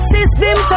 System